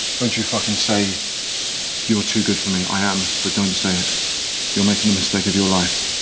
don't you fucking say you're too good for me. i am. but don't say you're making the mistake of your life.